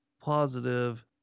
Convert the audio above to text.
positive